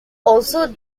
also